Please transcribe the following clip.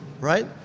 right